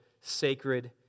sacred